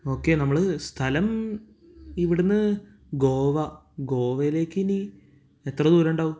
okay നമ്മൾ സ്ഥലം ഇവിടുന്ന് ഗോവ ഗോവയിലേക്കിനി എത്ര ദൂരം ഉണ്ടാവും